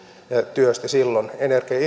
työsti energia ja